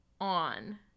on